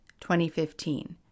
2015